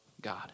God